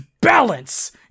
balance